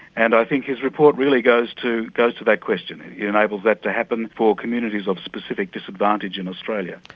and i think his report really goes to goes to that question, it enables that to happen for communities of specific disadvantage in australia.